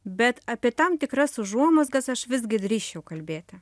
bet apie tam tikras užuomazgas aš visgi drįsčiau kalbėti